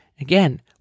Again